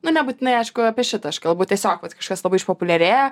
nu nebūtinai aišku apie šitą aš kalbu tiesiog vat kažkas labai išpopuliarėja